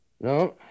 No